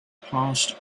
passed